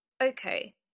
Okay